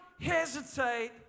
hesitate